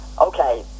Okay